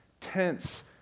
tents